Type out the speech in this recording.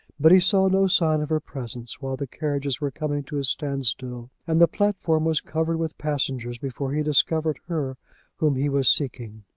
but he saw no sign of her presence while the carriages were coming to a stand-still, and the platform was covered with passengers before he discovered her whom he was seeking.